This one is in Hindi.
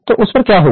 तो उस पर क्या होगा